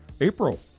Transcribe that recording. April